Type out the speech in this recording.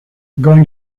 going